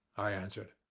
i answered.